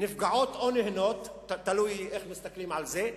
נפגעות או נהנות, תלוי איך מסתכלים על זה,